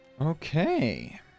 Okay